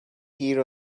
here